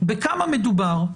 בכמה מדובר,